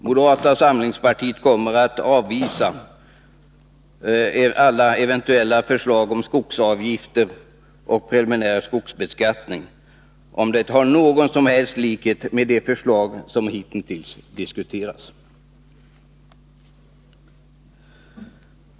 Moderata samlingspartiet kommer att avvisa alla eventuella förslag om skogsavgifter och preliminär skogsbeskattning som har någon som helst likhet med de förslag som hittills har diskuterats.